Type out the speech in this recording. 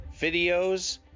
videos